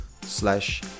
slash